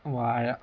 വാഴ